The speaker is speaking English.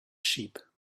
sheep